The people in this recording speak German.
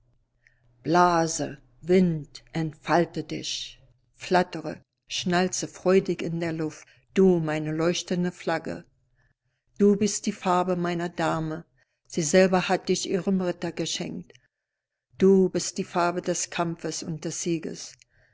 blase wind entfalte dich flattere schnalze freudig in der luft du meine leuchtende flagge du bist die farbe meiner dame sie selber hat dich ihrem ritter geschenkt du bist die farbe des kampfes und des sieges